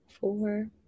four